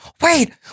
wait